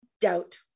doubt